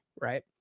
right